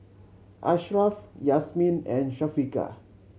Ashraf Yasmin and Syafiqah